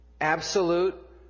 absolute